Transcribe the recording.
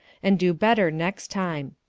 and do better next time.